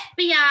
FBI